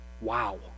Wow